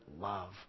love